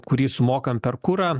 kurį sumokam per kurą